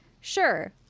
Sure